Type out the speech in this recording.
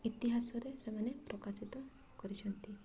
ଇତିହାସରେ ସେମାନେ ପ୍ରକାଶିତ କରିଛନ୍ତି